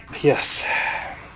Yes